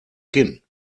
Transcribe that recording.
kinn